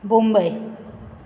Mumbai